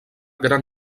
gran